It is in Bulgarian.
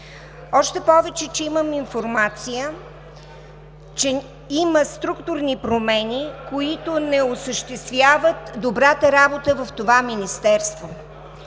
Още повече че имам информация, че има структурни промени, които не осъществяват добрата работа в това Министерство.